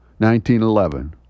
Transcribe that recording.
1911